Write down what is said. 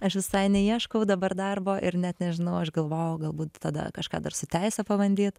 aš visai neieškau dabar darbo ir net nežinau aš galvojau galbūt tada kažką dar su teise pabandyt